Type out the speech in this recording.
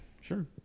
Sure